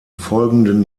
folgenden